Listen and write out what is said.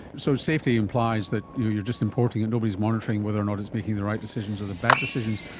so safety implies that you are just importing it and nobody is monitoring whether or not it's making the right decisions or the bad decisions.